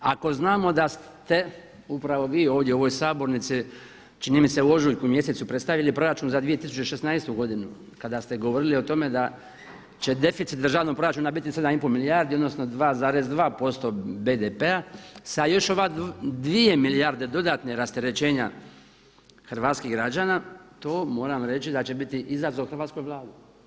Ako znamo da ste upravo vi ovdje u ovoj sabornici čini mi se u ožujku mjesecu predstavili proračun za 2016. godinu kada ste govorili o tome da će deficit državnog proračuna biti 7 i pol milijardi, odnosno 2,2% BDP-a sa još ove dvije milijarde dodatne rasterećenja hrvatskih građana to moram reći da će biti izazov hrvatskoj Vladi.